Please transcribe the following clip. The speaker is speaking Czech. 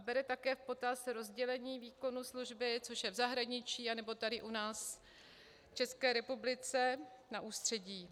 Bere také v potaz rozdělení výkonu služby, což je v zahraničí nebo tady u nás v České republice na ústředí.